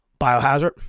Biohazard